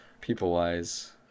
people-wise